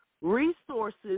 resources